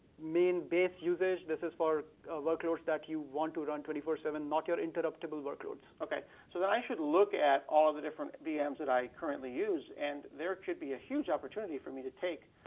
main base usage. this is for workloads that you want to run twenty four seven, not your interruptible workloads. okay. so that i should look at all of the different vms that i currently use. and there should be a huge opportunity for me to take.